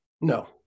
No